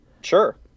Sure